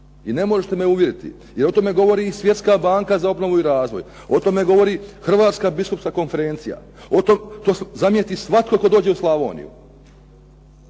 I ne možete me uvjeriti i o tome govori i Svjetska banka za obnovu i razvoj, o tome govori Hrvatska biskupska konferencija, to zamijeti svatko tko dođe u Slavoniju